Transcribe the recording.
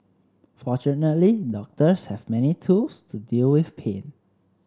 fortunately doctors have many tools to deal with pain